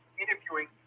interviewing